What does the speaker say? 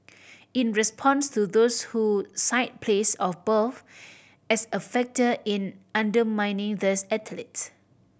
in response to those who cite place of birth as a factor in undermining these athletes